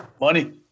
money